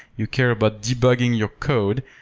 you care about debugging your code.